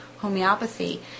homeopathy